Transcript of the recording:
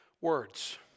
words